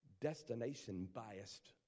destination-biased